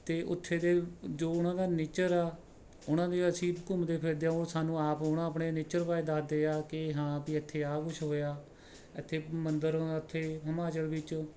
ਅਤੇ ਉੱਥੇ ਦੇ ਜੋ ਉਹਨਾਂ ਦਾ ਨੇਚਰ ਆ ਉਹਨਾਂ ਦੀ ਅਸੀਂ ਘੁੰਮਦੇ ਫਿਰਦੇ ਉਹ ਸਾਨੂੰ ਆਪ ਹੁਣ ਆਪਣੇ ਨੇਚਰ ਬਾਰੇ ਦੱਸਦੇ ਆ ਕਿ ਹਾਂ ਕਿ ਇੱਥੇ ਆਹ ਕੁਛ ਹੋਇਆ ਇੱਥੇ ਮੰਦਰ ਇੱਥੇ ਹਿਮਾਚਲ ਵਿੱਚ